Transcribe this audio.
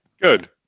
Good